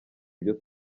ibyo